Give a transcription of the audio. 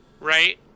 Right